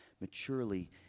maturely